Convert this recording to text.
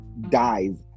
dies